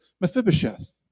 Mephibosheth